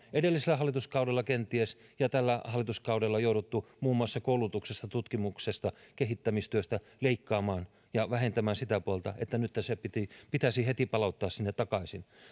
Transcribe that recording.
edellisellä hallituskaudella ja tällä hallituskaudella jouduttu leikkaamaan muun muassa koulutuksesta tutkimuksesta kehittämistyöstä ja sitä puolta vähentämään nyt se pitäisi heti palauttaa sinne takaisin